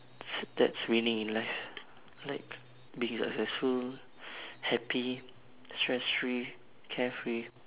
s~ that's winning in life like being successful happy stress free carefree